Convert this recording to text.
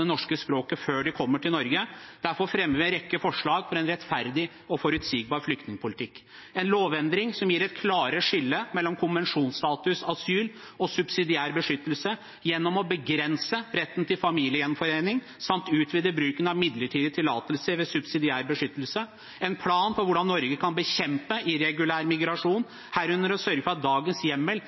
norske språket før de kommer til Norge. Derfor fremmer vi en rekke forslag for en rettferdig og forutsigbar flyktningpolitikk: en lovendring som gir et klarere skille mellom konvensjonstatus og subsidiær beskyttelse gjennom å begrense retten til familiegjenforening samt utvide bruken av midlertidige tillatelser ved subsidiær beskyttelse, en plan for hvordan Norge kan bekjempe irregulær migrasjon, herunder å sørge for at dagens hjemmel